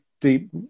deep